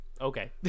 okay